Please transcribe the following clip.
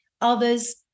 Others